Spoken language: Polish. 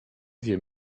wie